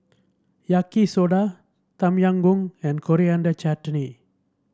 Yaki Soda Tom Yam Goong and Coriander Chutney